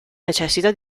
necessita